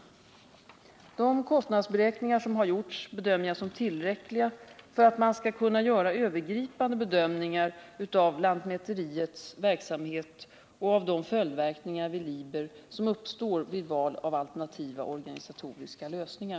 De kostnadsberäkningar som har gjorts bedömer jag som tillräckliga för att man skall kunna göra övergripande bedömningar av lantmäteriets verksamhet och av de följdverkningar vid Liber som uppstår vid val av alternativa organisatoriska lösningar.